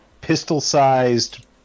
pistol-sized